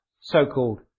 so-called